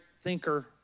thinker